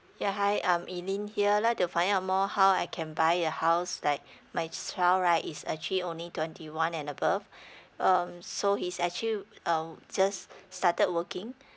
yeah hi um elaine here like to find out more how I can buy a house like my child right is actually only twenty one and above um so he's actually um just started working